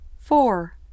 Four